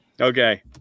Okay